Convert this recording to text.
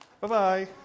Bye-bye